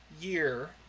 year